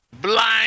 blind